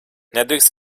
nedrīkst